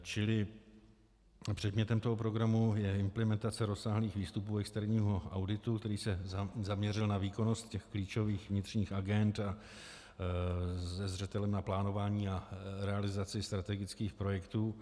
Čili předmětem toho programu je implementace rozsáhlých výstupů externího auditu, který se zaměřil na výkonnost klíčových vnitřních agend a se zřetelem na plánování a realizaci strategických projektů.